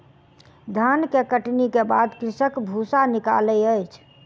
धान के कटनी के बाद कृषक भूसा निकालै अछि